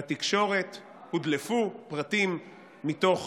בתקשורת הודלפו פרטים מתוך